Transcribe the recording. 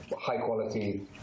high-quality